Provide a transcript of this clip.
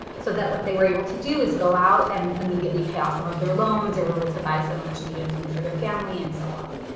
so that what they were able to do is go out and immediately pay off some of their loans and were able to buy some much needed food for their family and so on.